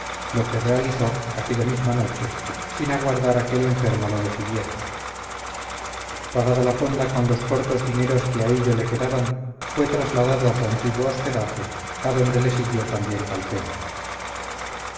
lo que realizó aquella misma noche sin aguardar a que el enfermo lo decidiera pagada la fonda con los cortos dineros que a hillo le quedaban fue trasladado a su antiguo hospedaje adonde le siguió también calpena